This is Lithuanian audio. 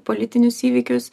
politinius įvykius